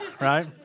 right